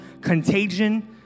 Contagion